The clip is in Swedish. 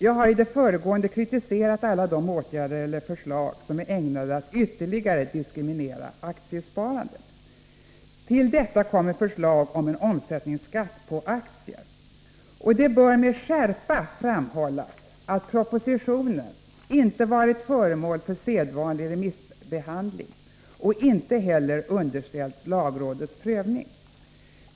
Jag har i det föregående kritiserat alla de åtgärder eller förslag som är ägnade att ytterligare diskriminera aktiesparandet. Till detta kommer förslag om en omsättningsskatt på aktier. Det bör med skärpa framhållas att propositionen inte varit föremål för sedvanlig remissbehandling och inte heller underställts lagrådets prövning.